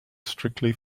strictly